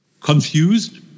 confused